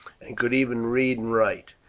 and could even read and write.